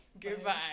Goodbye